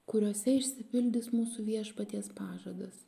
kuriuose išsipildys mūsų viešpaties pažadas